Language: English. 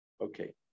okay